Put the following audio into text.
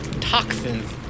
Toxins